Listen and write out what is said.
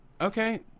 Okay